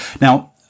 Now